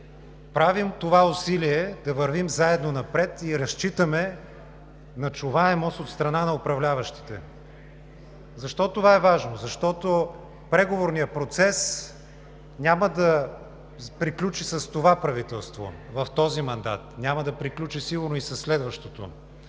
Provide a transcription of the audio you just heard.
правим това усилие да вървим заедно напред и разчитаме на чуваемост от страна на управляващите. Защо това е важно? Защото преговорният процес няма да приключи с това правителство в този мандат, няма да приключи сигурно и със следващото.